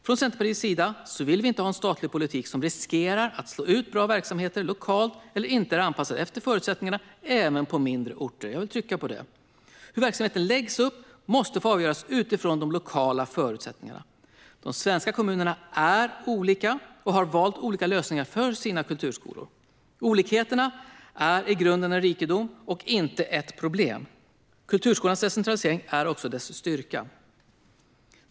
Från Centerpartiets sida vill vi inte ha en statlig politik som riskerar att slå ut bra verksamheter lokalt eller som inte är anpassad efter förutsättningarna även på mindre orter. Jag vill trycka på det. Hur verksamheten läggs upp måste få avgöras utifrån de lokala förutsättningarna. De svenska kommunerna är olika och har valt olika lösningar för sina kulturskolor. Olikheterna är i grunden en rikedom och inte ett problem. Kulturskolans decentralisering är också dess styrka.